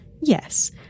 Yes